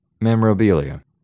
Memorabilia